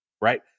right